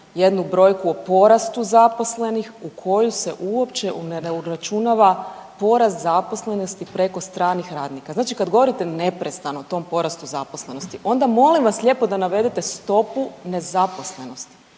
jednu brojku o porastu zaposlenih u koju se uopće ne uračunava porast zaposlenosti preko stranih radnika. Znači kad govorite neprestano o tom porastu zaposlenosti, onda molim vas lijepo da navedete stopu nezaposlenosti